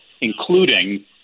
including